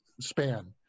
span